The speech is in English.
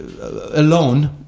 alone